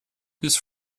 his